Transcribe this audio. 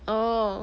oh